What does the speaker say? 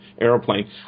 aeroplane